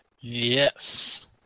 Yes